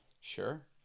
Sure